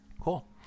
cool